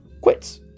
quits